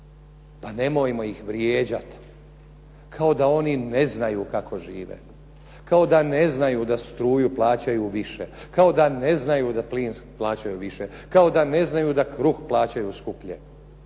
Pa nemojmo ih vrijeđati, kao da oni ne znaju kako žive. Kao da ne znaju da struju plaćaju više, kao da ne znaju da plin plaćaju više, kao da ne znaju da kruh plaćaju skuplje,